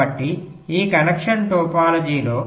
కాబట్టి ఈ కనెక్షన్ టోపోలాజీలో